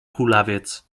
kulawiec